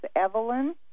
Evelyn